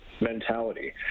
mentality